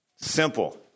Simple